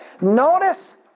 Notice